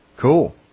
Cool